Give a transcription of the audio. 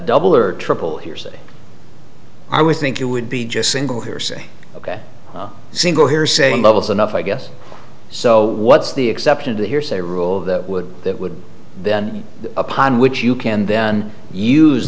double or triple hearsay i would think it would be just single hearsay ok single here saying bubbles enough i guess so what's the exception to the hearsay rule that would that would then upon which you can then use